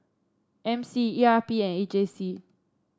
M C E R P and A J C